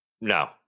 no